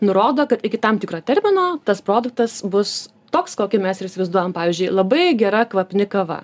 nurodo kad iki tam tikro termino tas produktas bus toks kokį mes ir įsivaizduojam pavyzdžiui labai gera kvapni kava